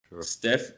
Steph